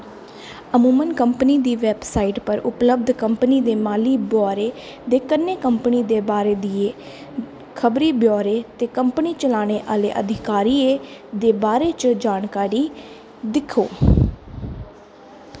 अमूमन कंपनी दी वैबसाइट पर उपलब्ध कंपनी दे माली ब्यौरें दे कन्नै कंपनी दे बारे दियां खबरी ब्यौरें ते कंपनी चलाने आह्ले अधिकारियें दे बारे च जानकारी गी दिक्खो